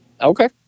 okay